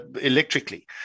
electrically